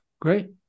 Great